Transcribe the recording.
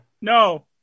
No